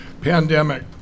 pandemic